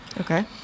Okay